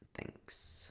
Thanks